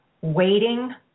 waiting